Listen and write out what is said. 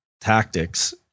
tactics